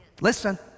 listen